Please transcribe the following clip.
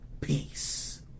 peace